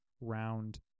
round